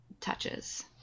touches